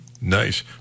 Nice